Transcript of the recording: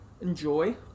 enjoy